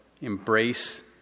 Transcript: embrace